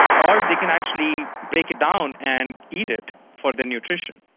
or they can actually break it down and eat it for the nutrition.